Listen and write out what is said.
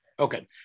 Okay